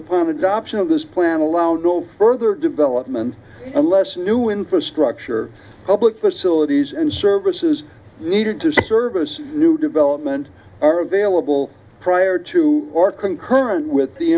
upon adoption of this plan allow no further development unless new infrastructure public facilities and services needed to service new development are available prior to or concurrent